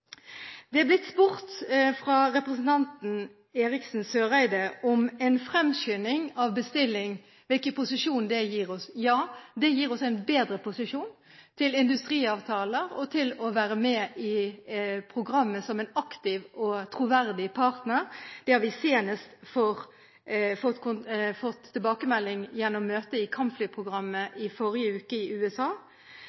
Det er blitt spurt fra representanten Eriksen Søreide om hvilken posisjon en fremskynding av bestilling gir oss. Det gir oss en bedre posisjon til industriavtaler og til å være med i programmet som en aktiv og troverdig partner. Det har vi senest fått tilbakemelding om gjennom møtet i kampflyprogrammet